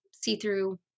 see-through